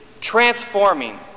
transforming